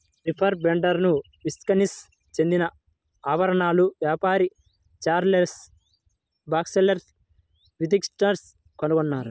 reaper బైండర్ను Wisconsin చెందిన ఆభరణాల వ్యాపారి చార్లెస్ బాక్స్టర్ విథింగ్టన్ కనుగొన్నారు